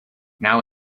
now